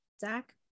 Zach